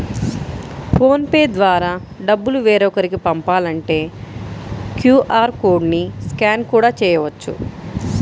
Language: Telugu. ఫోన్ పే ద్వారా డబ్బులు వేరొకరికి పంపాలంటే క్యూ.ఆర్ కోడ్ ని స్కాన్ కూడా చేయవచ్చు